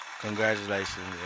Congratulations